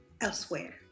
elsewhere